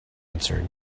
answered